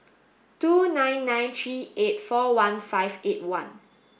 two nine nine three eight four one five eight one